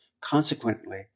Consequently